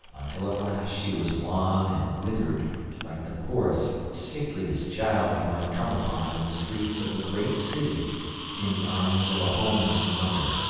until at last she was wan and withered like the poorest, sickliest child you might come upon in the streets of a great city in the arms of a homeless mother.